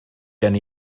gen